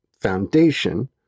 Foundation